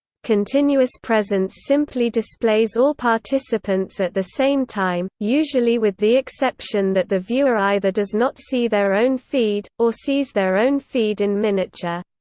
continuous presence simply displays all participants at the same time, usually with the exception that the viewer either does not see their own feed, or sees their own feed in miniature.